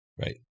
Right